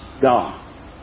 God